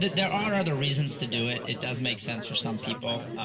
there are other reasons to do it. it does make sense for some people.